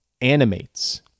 animates